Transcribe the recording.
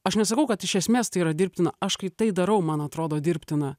aš nesakau kad iš esmės tai yra dirbtina aš kai tai darau man atrodo dirbtina